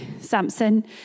Samson